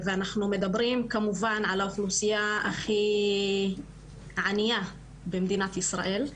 מדברים כמובן על האוכלוסייה הכי ענייה במדינת ישראל,